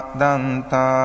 danta